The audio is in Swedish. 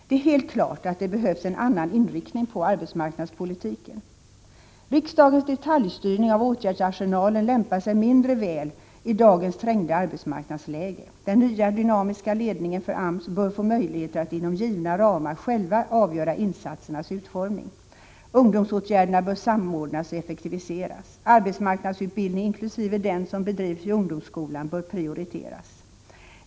Det är helt klart att det behövs en annan inriktning på arbetsmarknadspolitiken. Riksdagens detaljstyrning av åtgärdsarsenalen lämpar sig mindre väl i dagens trängda arbetsmarknadsläge. Den nya dynamiska ledningen för AMS bör få möjligheter att inom givna ramar själv avgöra insatsernas utformning. Ungdomsåtgärderna bör samordnas och effektiviseras. Arbetsmarknadsutbildningen, inkl. den som bedrivs i ungdomsskolan, bör prioriteras.